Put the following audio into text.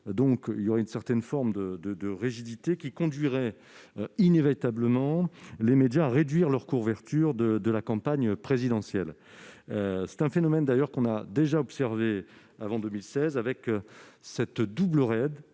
tour, introduisant une certaine rigidité qui conduirait inévitablement les médias à réduire leur couverture de la campagne présidentielle. C'est un phénomène que nous avons déjà pu observer avant 2016 avec cette double règle